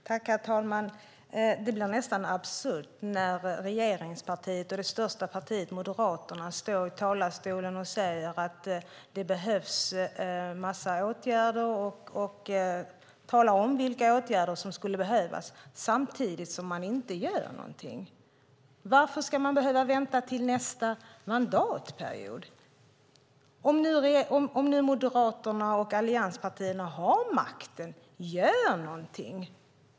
Herr talman! Det blir nästan absurt när representanten för det största regeringspartiet, Moderaterna, står i talarstolen och säger att det behövs en massa åtgärder, och också talar om vilka åtgärder, samtidigt som man inte gör någonting. Varför ska man vänta till nästa mandatperiod? Om Moderaterna och övriga allianspartier nu har makten, gör då någonting!